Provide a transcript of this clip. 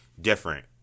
different